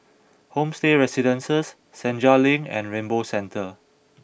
Homestay Residences Senja Link and Rainbow Centre